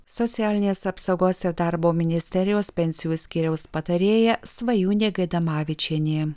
socialinės apsaugos ir darbo ministerijos pensijų skyriaus patarėja svajūnė gaidamavičienė